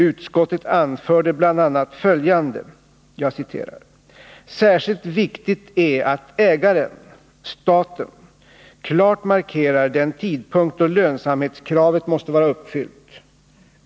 Utskottet anförde bl.a. följande . Jag citerar: ”Särskilt viktigt är att ägaren — staten — klart markerar den tidpunkt då lönsamhetskravet måste vara uppfyllt.